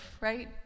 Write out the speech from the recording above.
right